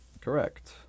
Correct